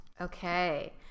okay